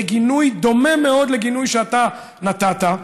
לגינוי דומה מאוד לגינוי שאתה נתת.